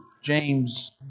James